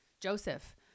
Joseph